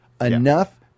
enough